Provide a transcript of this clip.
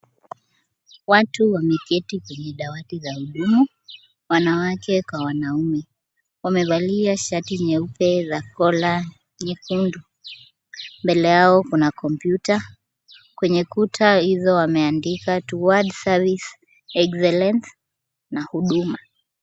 Watu wameketi kwenye dawati za huduma, wanawake kwa wanaume. Wamevalia shati nyeupe za collar nyekundu. Mbele yao kuna kompyuta. Kwenye kuta hizo wameandika towards service excellence na huduma.